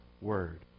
word